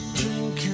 drink